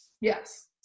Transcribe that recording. Yes